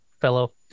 fellow